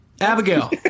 Abigail